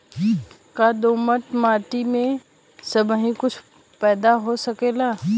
का दोमट माटी में सबही कुछ पैदा हो सकेला?